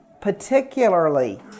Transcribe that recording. particularly